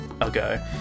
ago